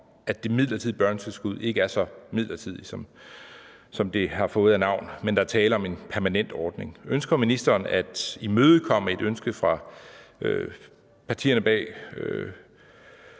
at det midlertidige børnetilskud ikke er så midlertidigt, som det er af navn, men at der er tale om en permanent ordning. Ønsker ministeren at imødekomme et ønske fra partierne bag